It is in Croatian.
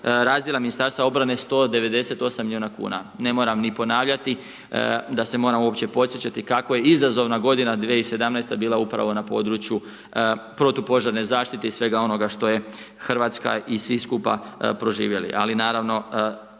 razdjela ministarstva obrane 198 miliona kuna. Ne moram ni ponavljati da se moram uopće podsjećati kako je izazovna godina 2017. bila upravo na području protupožarne zaštite i svega onoga što je Hrvatska i svi skupa proživjeli, ali naravno